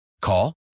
Call